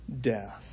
death